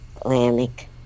Atlantic